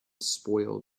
spoil